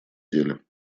деле